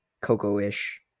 coco-ish